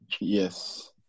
Yes